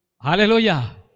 Hallelujah